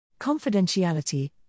Confidentiality